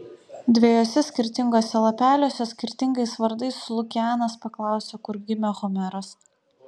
dviejuose skirtinguose lapeliuose skirtingais vardais lukianas paklausė kur gimė homeras